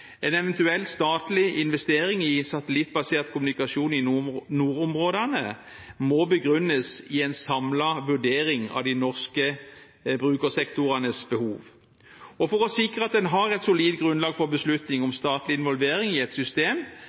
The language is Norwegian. En eventuell statlig investering i satellittbasert kommunikasjon i nordområdene må begrunnes i en samlet vurdering av de norske brukersektorenes behov. For å sikre at en har et solid grunnlag for beslutning om statlig involvering i et system